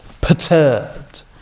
Perturbed